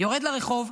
יורד לרחוב,